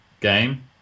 game